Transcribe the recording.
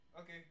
Okay